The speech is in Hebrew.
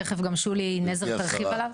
תכף גם שולי נזר תרחיב עליו.